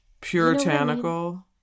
Puritanical